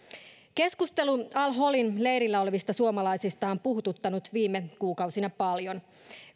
keskustelu al holin leirillä olevista suomalaisista on puhututtanut viime kuukausina paljon